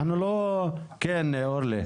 כן, אורלי.